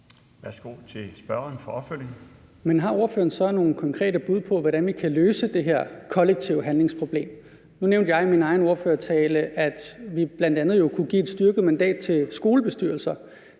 Lund-Nielsen (M): Men har ordføreren så nogle konkrete bud på, hvordan vi kan løse det her kollektive handlingsproblem? Nu nævnte jeg i min egen ordførertale, at vi jo bl.a. kunne give et styrket mandat til skolebestyrelser.